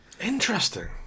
Interesting